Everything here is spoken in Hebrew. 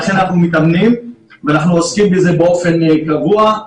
לכן אנחנו מתאמנים ואנחנו עוסקים בזה באופן קבוע.